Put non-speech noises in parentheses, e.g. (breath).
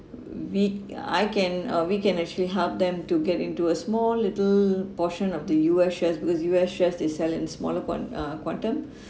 we I can uh we can actually help them to get into a small little portion of the U_S shares because U_S shares they sell in smaller quan~ uh quantum (breath)